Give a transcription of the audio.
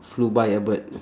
flew by a bird